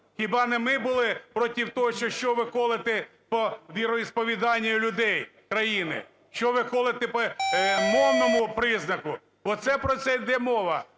Хіба не ми були против того, що що ви колете по віросповіданню людей країни, що ви колете по мовному признаку. Оце про це йде мова.